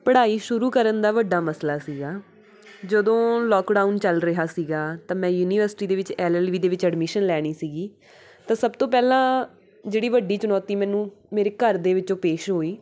ਪੜ੍ਹਾਈ ਸ਼ੁਰੂ ਕਰਨ ਦਾ ਵੱਡਾ ਮਸਲਾ ਸੀਗਾ ਜਦੋਂ ਲੋਕਡਾਊਨ ਚੱਲ ਰਿਹਾ ਸੀਗਾ ਤਾਂ ਮੈਂ ਯੂਨੀਵਰਸਿਟੀ ਦੇ ਵਿੱਚ ਐੱਲ ਐੱਲ ਬੀ ਦੇ ਵਿੱਚ ਐਡਮਿਸ਼ਨ ਲੈਣੀ ਸੀਗੀ ਤਾਂ ਸਭ ਤੋਂ ਪਹਿਲਾਂ ਜਿਹੜੀ ਵੱਡੀ ਚੁਣੌਤੀ ਮੈਨੂੰ ਮੇਰੇ ਘਰ ਦੇ ਵਿੱਚੋਂ ਪੇਸ਼ ਹੋਈ